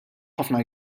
ħafna